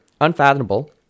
unfathomable